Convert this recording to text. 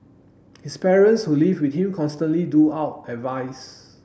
his parents who live with him constantly doled out advice